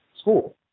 school